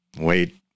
Wait